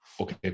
okay